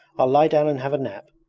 i'll lie down and have a nap,